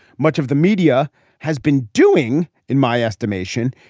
much of the media has been doing, in my estimation,